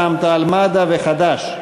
רע"ם-תע"ל-מד"ע וחד"ש.